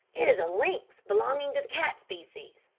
it is a lynx, belonging to the cat species.